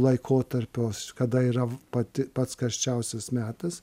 laikotarpio kada yra pati pats karščiausias metas